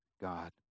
God